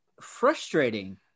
frustrating